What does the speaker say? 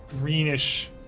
greenish